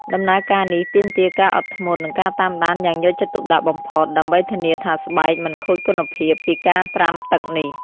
ដំណើរការនេះទាមទារការអត់ធ្មត់និងការតាមដានយ៉ាងយកចិត្តទុកដាក់បំផុតដើម្បីធានាថាស្បែកមិនខូចគុណភាពពីការត្រាំទឹកនេះ។